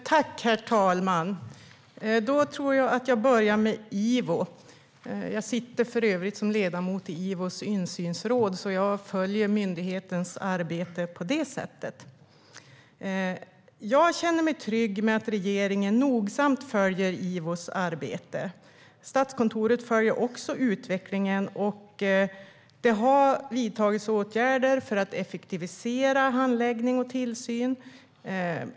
Herr talman! Jag börjar med Ivo. Jag sitter för övrigt som ledamot i Ivos insynsråd, så jag följer myndighetens arbete på det sättet. Jag känner mig trygg med att regeringen nogsamt följer Ivos arbete. Statskontoret följer också utvecklingen, och det har vidtagits åtgärder för att effektivisera handläggning och tillsyn.